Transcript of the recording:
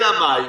אלא מאי?